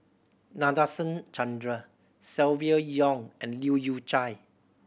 Nadasen Chandra Silvia Yong and Leu Yew Chye